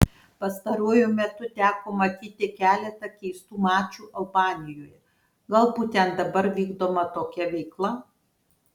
pastaruoju metu teko matyti keletą keistų mačų albanijoje galbūt ten dabar vykdoma tokia veikla